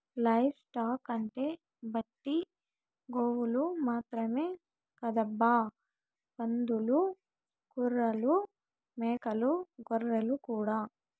live stock అంటే ఒట్టి గోవులు మాత్రమే కాదబ్బా పందులు గుర్రాలు మేకలు గొర్రెలు కూడా